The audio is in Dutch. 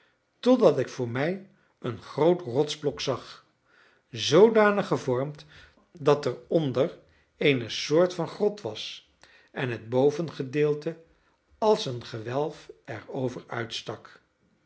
totdat ik vr mij een groot rotsblok zag zoodanig gevormd dat er onder eene soort van grot was en het bovengedeelte als een gewelf erover uitstak